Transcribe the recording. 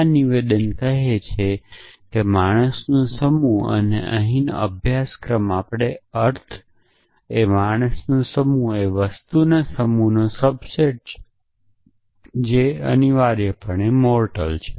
આ નિવેદન કહે છે કે પુરુષોનો સમૂહ અને અહીંનો અભ્યાસક્રમ આપણો અર્થ માણસોનો સમૂહ એ વસ્તુઓના સમૂહનો સબસેટ છે જે અનિવાર્યપણે મોરટલ છે